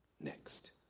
next